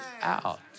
out